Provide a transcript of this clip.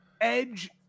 Edge